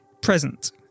present